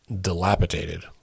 dilapidated